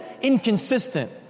Inconsistent